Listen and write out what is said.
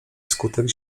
wskutek